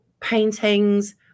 paintings